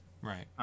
Right